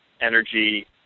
energy